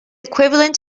equivalent